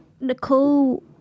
Nicole